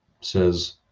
says